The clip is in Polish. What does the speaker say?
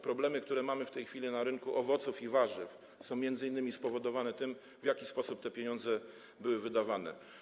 Problemy, które mamy w tej chwili na rynku owoców i warzyw, są m.in. spowodowane tym, w jaki sposób te pieniądze były wydawane.